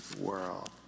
world